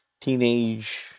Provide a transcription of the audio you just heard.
teenage